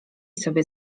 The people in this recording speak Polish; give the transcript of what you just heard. sobie